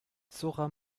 zora